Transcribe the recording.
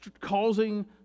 causing